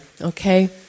Okay